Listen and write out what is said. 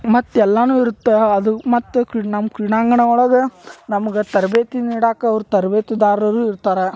ಮತ್ತು ಎಲ್ಲಾನು ಇರುತ್ತೆ ಅದು ಮತ್ತು ಕ್ರಿ ನಮ್ಮ ಕ್ರೀಡಾಂಗಣ ಒಳಗೆ ನಮ್ಗೆ ತರಬೇತಿ ನೀಡಾಕ ಅವ್ರು ತರ್ಬೇತಿದಾರರು ಇರ್ತಾರೆ